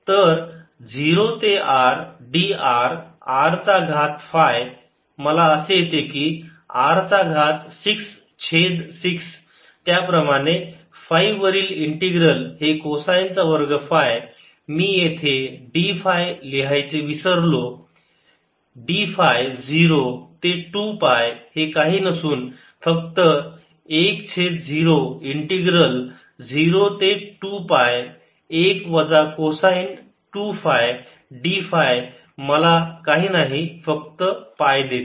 dmCr5sin3cosθcos2ϕdrdθdϕ MC0Rdr r50dθθ।cosθ।02πϕdϕ तर 0 ते R d r r चा घात फाय मला असे येते की R चा घात 6 छेद 6 त्याचप्रमाणे 5 वरील इंटिग्रल हे कोसाईन चा वर्ग फाय मी येथे d फाय लिहायचे विसरलो d फाय 0 ते 2 पाय हे काही नसून फक्त 1 छेद 0 इंटिग्रल 0 ते 2 पाय 1 वजा कोसाइन 2 फाय d फाय मला काही नाही फक्त पाय देते